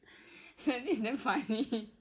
like this damn funny